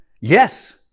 Yes